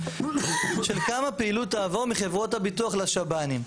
של כמה פעילות תעבור מחברות הביטוח לשב"נים.